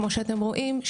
כמו שאתם רואים במצגת,